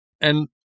And-